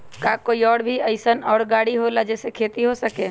का कोई और भी अइसन और गाड़ी होला जे से खेती हो सके?